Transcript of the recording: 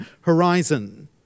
horizon